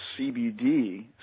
CBD